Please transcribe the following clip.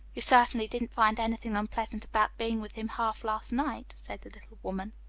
you certainly didn't find anything unpleasant about being with him half last night, said the little woman.